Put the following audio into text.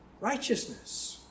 righteousness